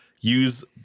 Use